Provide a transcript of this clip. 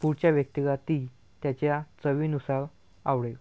पुढच्या व्यक्तीला ती त्याच्या चवीनुसार आवडेल